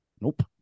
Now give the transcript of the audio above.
Nope